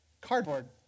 cardboard